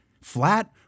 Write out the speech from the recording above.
flat